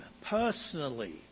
personally